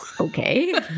Okay